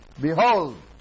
Behold